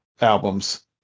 albums